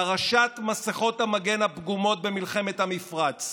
פרשת מסכות המגן הפגומות במלחמת המפרץ,